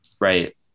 Right